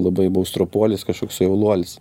labai buvau stropuolis kažkoks uoluolis